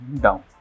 down